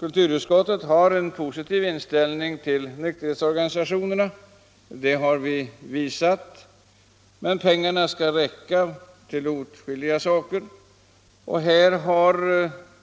Kulturutskottet har en positiv inställning till nykterhetsorganisationerna, men pengarna skall räcka till åtskilliga saker och